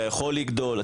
אתה יכול לגדול,